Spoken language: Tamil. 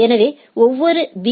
எனவே ஒவ்வொரு பி